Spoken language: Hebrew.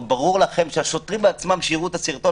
הרי ברור לכם שהשוטרים בעצמם כשיראו את הסרטון